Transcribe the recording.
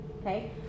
Okay